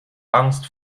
angst